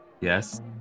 Yes